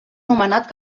nomenat